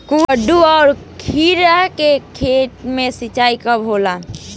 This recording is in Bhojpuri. कदु और किरा के खेती में सिंचाई कब होला?